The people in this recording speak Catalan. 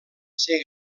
ser